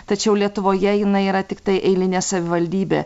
tačiau lietuvoje jinai yra tiktai eilinė savivaldybė